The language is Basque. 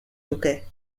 luke